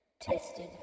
tested